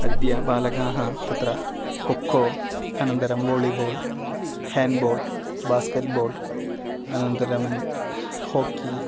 अद्य बालकाः तत्र खोक्को अनन्तरं वोलीबोल् हेण्ड्बोल् बास्केट्बोल् अनन्तरं हाकी